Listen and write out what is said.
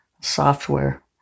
software